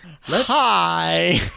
Hi